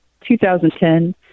2010